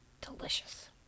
Delicious